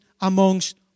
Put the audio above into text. amongst